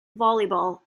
volleyball